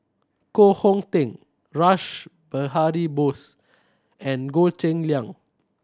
Koh Hong Teng Rash Behari Bose and Goh Cheng Liang